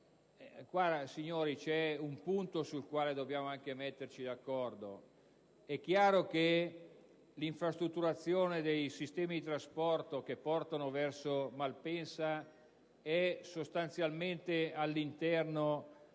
signori, c'è un punto su cui bisogna mettersi d'accordo. È chiaro che l'infrastrutturazione dei sistemi di trasporto che portano verso Malpensa si colloca sostanzialmente all'interno